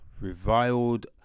reviled